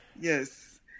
yes